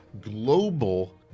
global